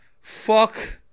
Fuck